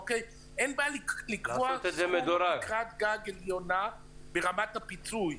אין בעיה לקבוע סכום אחד גג עליון ברמת הפיצוי.